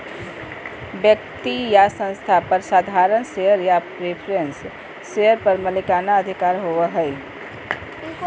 व्यक्ति या संस्था पर साधारण शेयर या प्रिफरेंस शेयर पर मालिकाना अधिकार होबो हइ